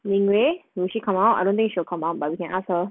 ming wei will she come out I don't think she'll come out but we can ask her